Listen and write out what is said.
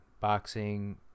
boxing